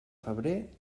febrer